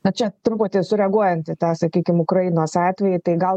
na čia truputį sureaguojant į tą sakykim ukrainos atvejį tai gal